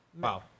Wow